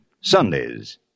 Sundays